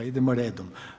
Idemo redom.